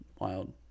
wild